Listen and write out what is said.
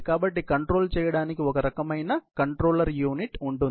కాబట్టి కంట్రోల్ చేయడానికి ఒక రకమైన కంట్రోలర్ యూనిట్ ఉంటుంది